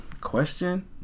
question